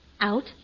out